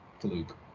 fluke